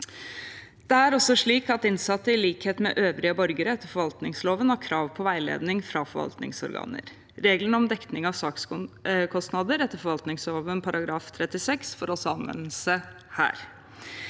Det er også slik at innsatte, i likhet med øvrige borgere, etter forvaltningsloven har krav på veiledning fra forvaltningsorganer. Reglene om dekning av sakskostnader etter forvaltningsloven § 36 får også anvendelse her.